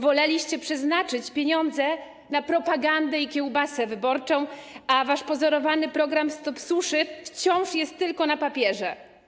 Woleliście przeznaczyć pieniądze na propagandę i kiełbasę wyborczą, a wasz pozorowany program „Stop suszy” wciąż jest tylko na papierze.